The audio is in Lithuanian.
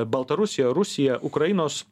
baltarusija rusija ukrainos